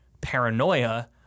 paranoia